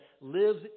lives